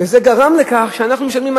וזה גרם לכך שאנחנו משלמים.